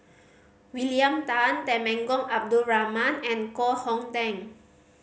William Tan Temenggong Abdul Rahman and Koh Hong Teng